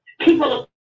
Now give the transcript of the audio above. People